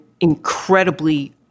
incredibly